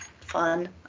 fun